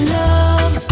love